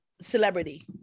celebrity